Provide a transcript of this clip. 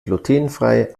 glutenfrei